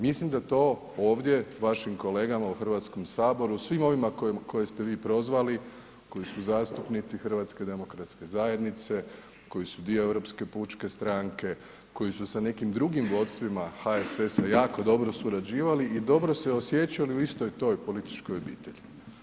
Mislim da to ovdje vašim kolegama u HS, svima ovima koje ste vi prozvali, koji su zastupnici HDZ-a, koji su dio Europske pučke stranke, koji su sa nekim drugim vodstvima HSS-a jako dobro surađivali i dobro se osjećali u istoj toj političkoj obitelji.